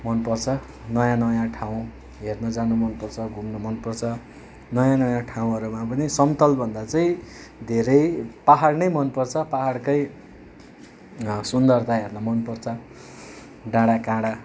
मनपर्छ नयाँ नयाँ ठाउँ हेर्न जान मनपर्छ घुम्न मनपर्छ नयाँ नयाँ ठाउँहरूमा पनि समतलभन्दा चाहिँ धेरै पाहाड नै मनपर्छ पाहाडकै सुन्दरता हेर्न मनपर्छ डाँडाकाँडा